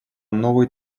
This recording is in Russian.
новый